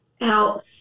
help